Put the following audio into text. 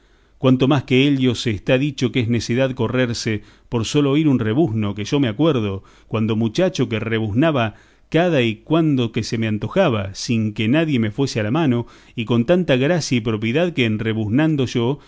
cuanto más que ello se está dicho que es necedad correrse por sólo oír un rebuzno que yo me acuerdo cuando muchacho que rebuznaba cada y cuando que se me antojaba sin que nadie me fuese a la mano y con tanta gracia y propiedad que en rebuznando yo